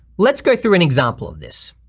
let's go through an example of this.